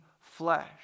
flesh